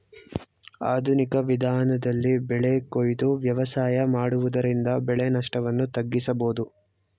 ಆಧುನಿಕ ವಿಧಾನದಲ್ಲಿ ಬೆಳೆ ಕೊಯ್ದು ವ್ಯವಸಾಯ ಮಾಡುವುದರಿಂದ ಬೆಳೆ ನಷ್ಟವನ್ನು ತಗ್ಗಿಸಬೋದು